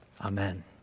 Amen